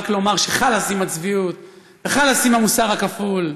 רק לומר שחלס עם הצביעות וחלס עם המוסר הכפול.